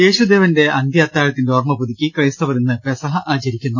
യേശുദേവന്റെ അന്ത്യഅത്താഴത്തിന്റെ ഓർമപുതുക്കി ക്രൈസ്ത വർ ഇന്ന് പെസഹ ആചരിക്കുന്നു